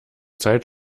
zeit